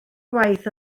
waith